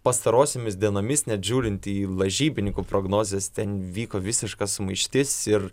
pastarosiomis dienomis net žiūrint į lažybininkų prognozes ten vyko visiška sumaištis ir